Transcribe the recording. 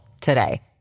today